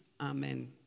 Amen